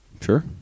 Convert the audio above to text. sure